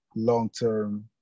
long-term